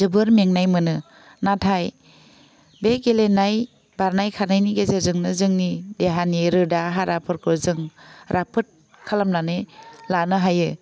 जोबोद मेंनाय मोनो नाथाय बे गेलेनाय बारनाय खारनायनि गेजेरजोंनो जोंनि देहानि रोदा हाराफोरखौ जों राफोद खालामनानै लानो हायो